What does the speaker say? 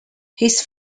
his